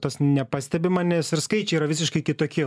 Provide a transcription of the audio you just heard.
to nepastebima nes ir skaičiai yra visiškai kitokie